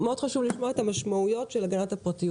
חשוב לי מאוד לשמוע את המשמעויות של הגנת הפרטיות.